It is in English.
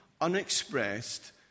unexpressed